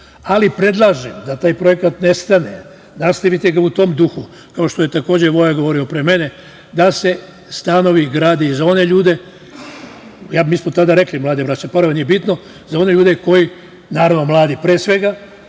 Ali predlažem da taj projekat ne stane, nastavite ga u tom duhu, kao što je takođe Voja govorio pre mene, da se stanovi grade i za one ljude, mi smo tada rekli mlade bračne parove, nije bitno, za one ljude koji, naravno, mladi pre svega,